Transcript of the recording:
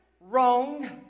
wrong